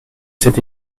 cette